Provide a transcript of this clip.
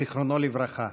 זיכרונו לברכה.